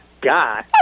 God